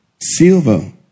silver